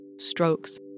strokes